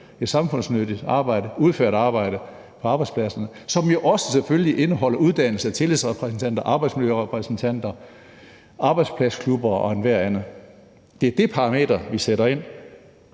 et samfundsnyttigt arbejde på arbejdspladserne, som jo også selvfølgelig indeholder uddannelse, tillidsrepræsentanter, arbejdsmiljørepræsentanter, arbejdspladsklubber og alt muligt andet. Det er det parameter, vi sætter ind,